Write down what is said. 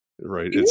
right